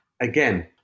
Again